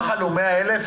וכמה נכנסו לבידוד?